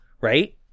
right